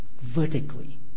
vertically